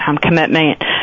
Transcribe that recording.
commitment